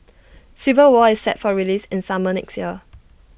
civil war is set for release in summer next year